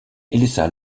elisa